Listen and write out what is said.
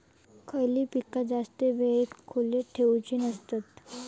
खयली पीका जास्त वेळ खोल्येत ठेवूचे नसतत?